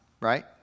right